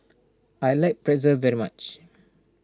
I like Pretzel very much